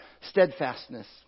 steadfastness